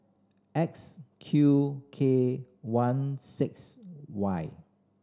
X Q K one six Y